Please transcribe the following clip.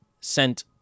sent